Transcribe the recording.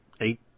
eight